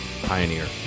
pioneer